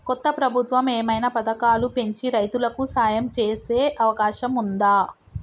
కొత్త ప్రభుత్వం ఏమైనా పథకాలు పెంచి రైతులకు సాయం చేసే అవకాశం ఉందా?